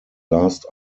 last